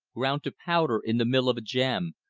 ground to powder in the mill of a jam,